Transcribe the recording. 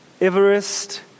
Everest